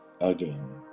Again